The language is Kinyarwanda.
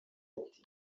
ati